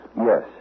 Yes